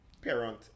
parent